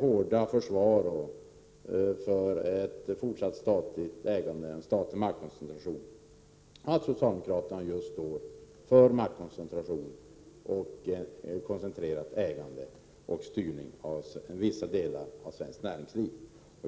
hårda försvar för ett fortsatt statligt ägande, en statlig maktkoncentration, som att socialdemokraterna står för koncentrerat ägande och styrning av vissa delar av svenskt näringsliv.